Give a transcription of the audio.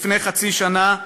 לפני חצי שנה,